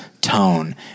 tone